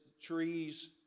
Trees